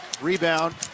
Rebound